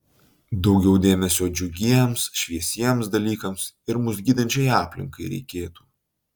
daugiau dėmesio džiugiems šviesiems dalykams ir mus gydančiai aplinkai reikėtų